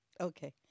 Okay